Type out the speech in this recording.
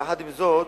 יחד עם זאת,